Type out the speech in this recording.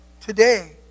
today